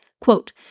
Quote